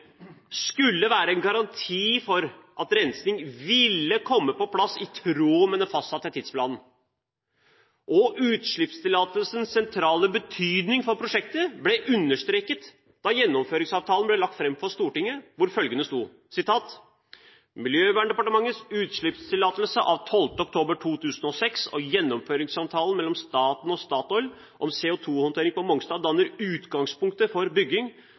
skulle være en garanti for at rensing ville komme på plass i tråd med den fastsatte tidsplanen. Utslippstillatelsens sentrale betydning for prosjektet ble understreket da gjennomføringsavtalen ble lagt fram for Stortinget, hvor det sto følgende: «Miljøverndepartementets utslippstillatelse av 12. oktober 2006 og gjennomføringsavtalen mellom staten og Statoil om CO2-håndtering på Mongstad danner utgangspunktet for bygging